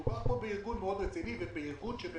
מדובר בארגון מאוד רציני שעוסק